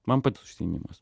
man pat užsiėmimas